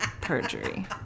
perjury